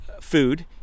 food